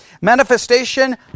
Manifestation